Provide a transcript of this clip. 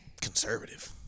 conservative